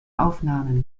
aufnahmen